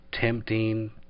tempting